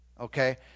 Okay